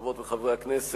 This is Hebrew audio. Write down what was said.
חברות וחברי הכנסת,